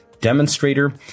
demonstrator